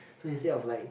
so instead of like